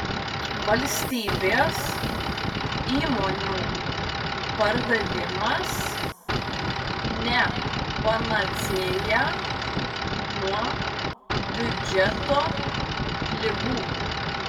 valstybės įmonių pardavimas ne panacėja nuo biudžeto ligų